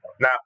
Now